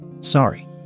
Sorry